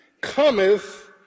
cometh